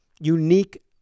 unique